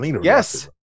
Yes